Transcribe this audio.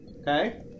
Okay